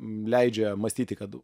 leidžia mąstyti kad